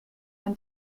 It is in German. man